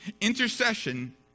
Intercession